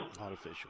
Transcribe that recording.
artificial